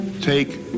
Take